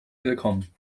willkommen